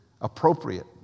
appropriate